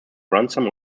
grandson